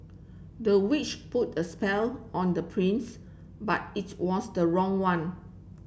the witch put a spell on the prince but it was the wrong one